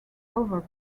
over